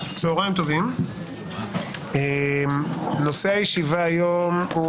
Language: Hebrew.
צוהריים טובים, נושא הישיבה היום: